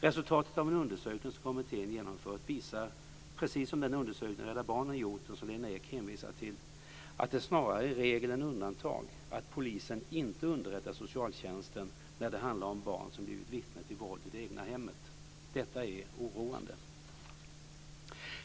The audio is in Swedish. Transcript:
Resultatet av en undersökning som kommittén genomfört visar, precis som den undersökning som Rädda Barnen gjort och som Lena Ek hänvisar till, att det snarare är regel än undantag att polisen inte underrättar socialtjänsten när det handlar om barn som blivit vittne till våld i det egna hemmet. Detta är oroande.